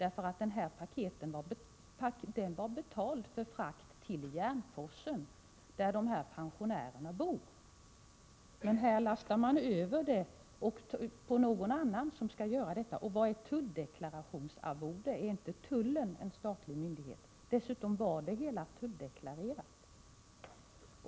I det här fallet var frakten för paketet betald till Järnforsen, där mottagaren, ett pensionärspar, bor. Här lastar man över det som skall göras på någon annan. Vad är tulldeklarationsarvode? Är inte tullen en statlig myndighet? Dessutom var det hela tulldeklarerat.